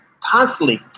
constantly